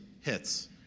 hits